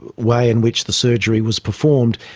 way in which the surgery was performed,